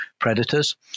predators